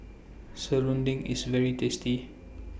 Serunding IS very tasty